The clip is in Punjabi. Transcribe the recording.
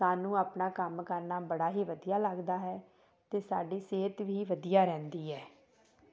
ਸਾਨੂੰ ਆਪਣਾ ਕੰਮ ਕਰਨਾ ਬੜਾ ਹੀ ਵਧੀਆ ਲੱਗਦਾ ਹੈ ਅਤੇ ਸਾਡੀ ਸਿਹਤ ਵੀ ਵਧੀਆ ਰਹਿੰਦੀ ਹੈ